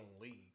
leagues